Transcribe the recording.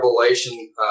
revelation